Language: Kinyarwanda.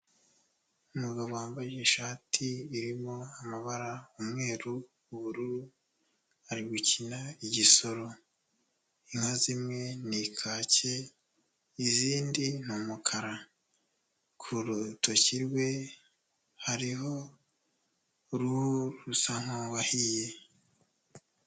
Umugabo wambaye ishati irimo amabara umweru, ubururu, ari gukina igisoro, inka zimwe ni ikaki izindi ni umukara, ku rutoki rwe hariho uruhu rusa nk'uwahiye.